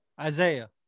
Isaiah